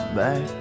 back